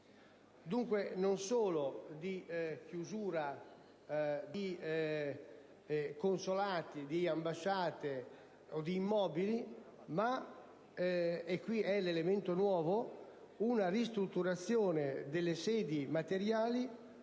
dunque non solo della chiusura di consolati e ambasciate o di immobili, ma anche - ed ecco l'elemento nuovo - di una ristrutturazione delle sedi materiali,